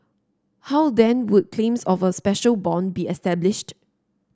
how then would claims of a special bond be established